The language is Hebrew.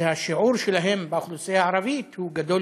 שהשיעור שלהן באוכלוסייה הערבית הוא גדול